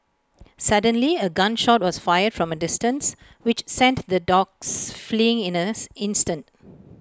suddenly A gun shot was fired from A distance which sent the dogs fleeing in us instant